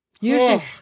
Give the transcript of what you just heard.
Usually